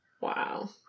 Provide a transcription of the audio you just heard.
Wow